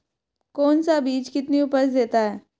कौन सा बीज कितनी उपज देता है?